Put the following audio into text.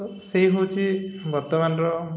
ତ ସେଇ ହେଉଛି ବର୍ତ୍ତମାନର